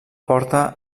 porta